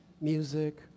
music